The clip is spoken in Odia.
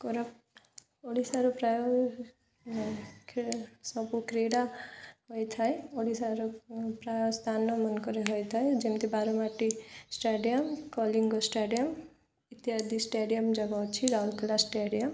ଓଡ଼ିଶାର ପ୍ରାୟ ସବୁ କ୍ରୀଡ଼ା ହୋଇଥାଏ ଓଡ଼ିଶାର ପ୍ରାୟ ସ୍ଥାନ ମନକରେ ହୋଇଥାଏ ଯେମିତି ବାରବାଟି ଷ୍ଟାଡ଼ିୟମ୍ କଲିଙ୍ଗ ଷ୍ଟାଡ଼ିୟମ୍ ଇତ୍ୟାଦି ଷ୍ଟାଡ଼ିୟମ୍ ଯାକ ଅଛି ରାଉରକେଲା ଷ୍ଟାଡ଼ିୟମ୍